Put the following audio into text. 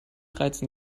reizen